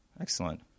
Excellent